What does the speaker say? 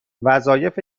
وظایف